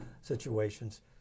situations